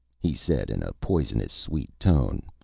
he said in a poisonous-sweet tone.